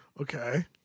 Okay